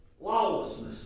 lawlessness